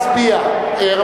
להצבעה.